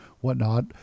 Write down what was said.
whatnot